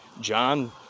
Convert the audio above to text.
John